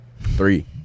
Three